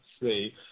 see